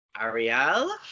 Ariel